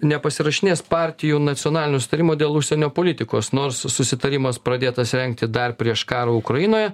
nepasirašinės partijų nacionalinio sutarimo dėl užsienio politikos nors susitarimas pradėtas rengti dar prieš karą ukrainoje